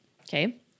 okay